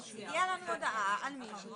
שמיעת עמדה והשתתפות בתהליך נדרשה לפי הוראות